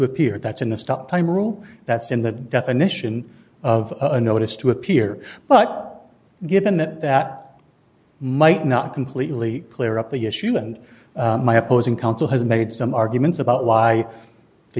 rule that's in the definition of a notice to appear but given that that might not completely clear up the issue and my opposing counsel has made some arguments about why the